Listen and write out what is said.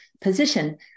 position